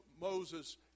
Moses